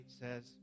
says